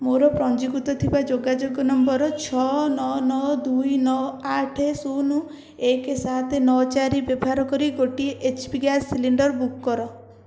ମୋର ପଞ୍ଜୀକୃତ ଥିବା ଯୋଗାଯୋଗ ନମ୍ବର୍ ଛଅ ନଅ ନଅ ଦୁଇ ନଅ ଆଠ ଶୂନ ଏକ ସାତ ନଅ ଚାରି ନମ୍ବର୍ ବ୍ୟବାହାର କରି ଗୋଟିଏ H P gas cylinder book କର